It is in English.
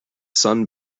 sun